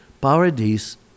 Paradise